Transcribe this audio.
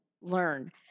learn